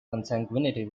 consanguinity